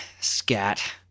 Scat